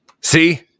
See